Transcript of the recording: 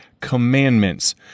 commandments